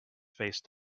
face